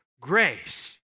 grace